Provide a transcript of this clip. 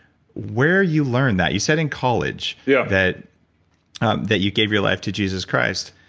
where you learned that you said in college yeah that um that you gave your life to jesus christ.